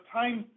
time